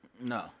No